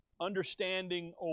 understanding